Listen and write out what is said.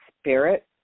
spirit